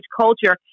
culture